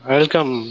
Welcome